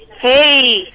Hey